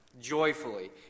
joyfully